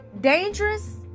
dangerous